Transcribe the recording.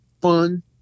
fun